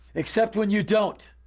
except when you don't.